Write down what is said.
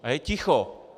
A je ticho.